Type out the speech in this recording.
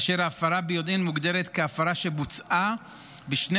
והפרה ביודעין מוגדרת כהפרה שבוצעה בשני